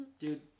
Dude